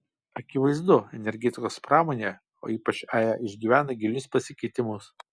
akivaizdu energetikos pramonė o ypač ae išgyvena gilius pasikeitimus